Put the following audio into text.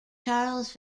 charles